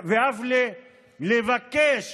אף לבקש